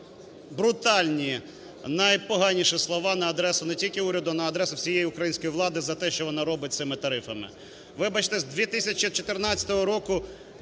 брутальні, найпоганіші слова на адресу не тільки уряду, на адресу всієї української влади за те, що вона робить з цими тарифами. Вибачте, з 2014 року